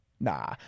Nah